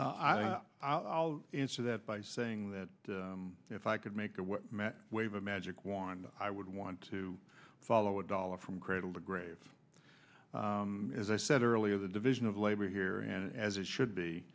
and i'll answer that by saying that if i could make a wave a magic wand i would want to follow a dollar from cradle to grave as i said earlier the division of labor here as it